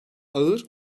ağır